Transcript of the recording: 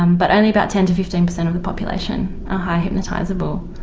um but only about ten to fifteen per cent of the population are highly hypnotisable.